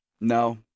No